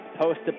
post